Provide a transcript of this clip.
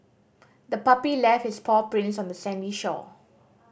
the puppy left its paw prints on the sandy shore